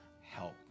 help